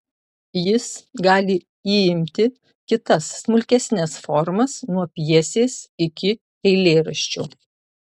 jis gali įimti kitas smulkesnes formas nuo pjesės iki eilėraščio